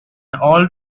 old